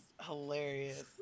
hilarious